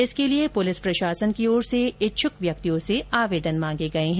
इसके लिए पुलिस प्रशासन की ओर से इच्छुक व्यक्तियों से आवेदन मांगे गये हैं